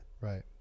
Right